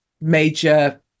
major